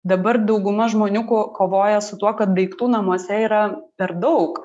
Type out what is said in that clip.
dabar dauguma žmonių ko kovoja su tuo kad daiktų namuose yra per daug